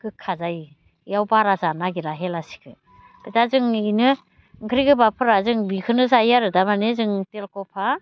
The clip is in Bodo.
गोखा जायो बेयाव बारा जानो नागिरा हेलासिखौ दा जों बेनो ओंख्रि गोबाबफोरा जों बेखौनो जायो आरो दा माने जों तेलक'फा